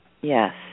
Yes